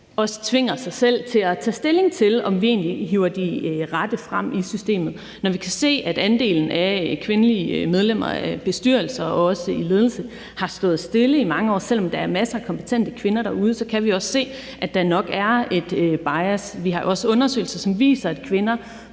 også tvinger sig selv til at tage stilling til, om man egentlig hiver de rette frem i systemet. Når vi kan se, at andelen af kvindelige medlemmer af bestyrelser og også i ledelse har stået stille i mange år, selv om der er masser af kompetente kvinder derude, så kan vi også se, at der nok er en bias. Vi har også undersøgelser, som viser, at kvinder